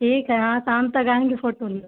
ठीक है हाँ शाम तक आएँगे फ़ोटो लेने